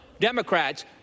Democrats